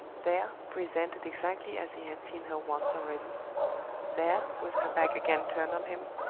there, presented exactly as he had seen her once already there, with her back again turned on him,